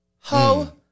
Ho